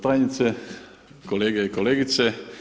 tajnice, kolege i kolegice.